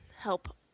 help